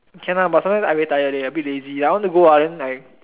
can lah sometime I very tired a bit lazy I want to go but then like